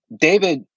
David